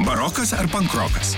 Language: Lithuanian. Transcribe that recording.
barokas ar pankrokas